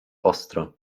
ostro